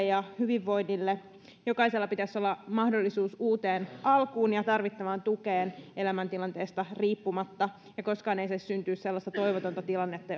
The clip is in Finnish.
ja hyvinvoinnille jokaisella pitäisi olla mahdollisuus uuteen alkuun ja tarvittavaan tukeen elämäntilanteesta riippumatta koskaan ei saisi syntyä sellaista toivotonta tilannetta